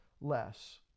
less